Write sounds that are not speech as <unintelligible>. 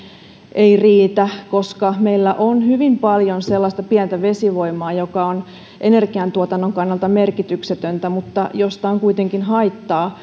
ei riitä koska meillä on hyvin paljon sellaista pientä vesivoimaa joka on energiantuotannon kannalta merkityksetöntä mutta josta on kuitenkin haittaa <unintelligible>